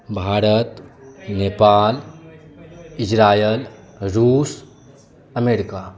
Bharat Nepal Israel रूस America